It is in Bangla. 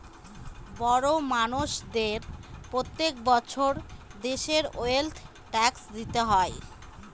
বড় মানষদের প্রত্যেক বছর দেশের ওয়েলথ ট্যাক্স দিতে হয়